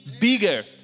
bigger